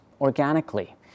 organically